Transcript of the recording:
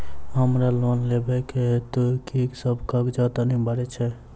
हमरा लोन लेबाक हेतु की सब कागजात अनिवार्य छैक?